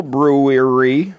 Brewery